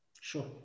Sure